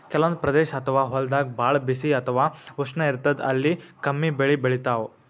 ಕೆಲವಂದ್ ಪ್ರದೇಶ್ ಅಥವಾ ಹೊಲ್ದಾಗ ಭಾಳ್ ಬಿಸಿ ಅಥವಾ ಉಷ್ಣ ಇರ್ತದ್ ಅಲ್ಲಿ ಕಮ್ಮಿ ಬೆಳಿ ಬೆಳಿತಾವ್